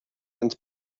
and